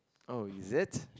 oh is it